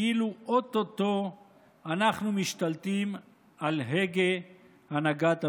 כאילו או-טו-טו אנחנו משתלטים על הגה הנהגת המדינה.